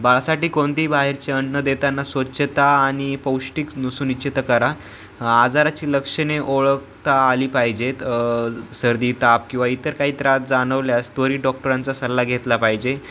बाळासाठी कोणतीही बाहेरचे अन्न देताना स्वच्छता आणि पौष्टिक नु सुनिच्छित करा आजाराची लक्षणे ओळखता आली पाहिजेत सर्दी ताप किंवा इतर काही त्रास जाणवल्यास त्वरीत डॉक्टरांचा सल्ला घेतला पाहिजे